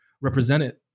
represented